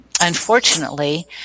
unfortunately